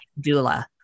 doula